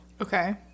Okay